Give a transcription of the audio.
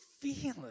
feeling